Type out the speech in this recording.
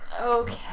Okay